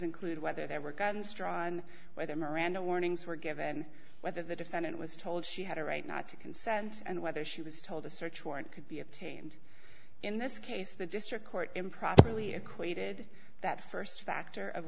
include whether there were guns drawn whether miranda warnings were given whether the defendant was told she had a right not to consent and whether she was told a search warrant could be obtained in this case the district court improperly equated that st factor of